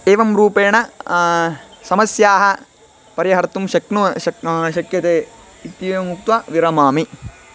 एवं रूपेण समस्याः परिहर्तुं शक्नु शक्न शक्यन्ते इत्येवमुक्त्वा विरमामि